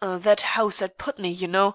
that house at putney, you know,